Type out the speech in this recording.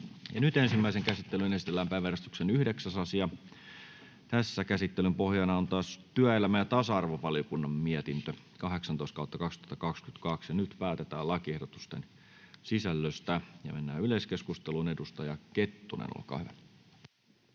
Ensimmäiseen käsittelyyn esitellään päiväjärjestyksen 9. asia. Käsittelyn pohjana on työelämä- ja tasa-arvovaliokunnan mietintö TyVM 18/2022 vp. Nyt päätetään lakiehdotusten sisällöstä. — Mennään yleiskeskusteluun. Edustaja Kettunen, olkaa hyvä.